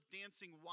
dancing